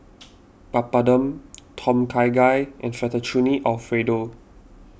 Papadum Tom Kha Gai and Fettuccine Alfredo